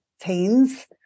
teens